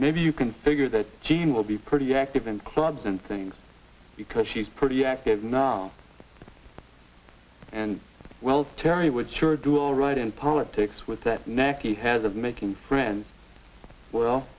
maybe you can figure that gene will be pretty active in clubs and things because she's pretty active now and well terry would sure do all right in politics with that nappy has of making friends well